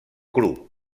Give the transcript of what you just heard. cru